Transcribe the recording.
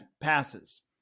passes